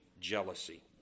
jealousy